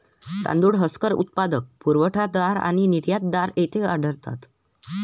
तांदूळ हस्कर उत्पादक, पुरवठादार आणि निर्यातदार येथे आढळतात